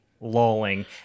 lolling